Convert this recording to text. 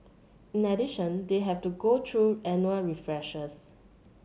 in addition they have to go through annual refreshers